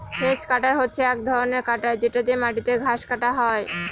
hedge cutter হচ্ছে এক ধরনের কাটার যেটা দিয়ে মাটিতে ঘাস কাটা হয়